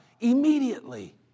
Immediately